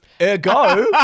Ergo